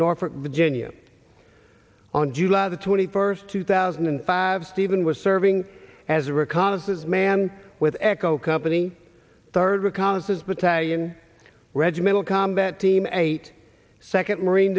norfolk virginia on july the twenty first two thousand and five stephen was serving as a reconnaissance man with echo company third reconnaissance battalion regimental combat team eight second marine